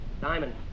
Diamond